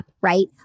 right